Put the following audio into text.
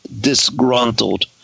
disgruntled